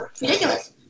ridiculous